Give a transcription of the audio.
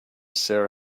seer